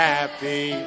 Happy